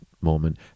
moment